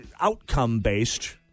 outcome-based